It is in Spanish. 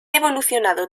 evolucionado